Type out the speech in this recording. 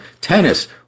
tennis